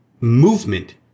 movement